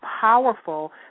powerful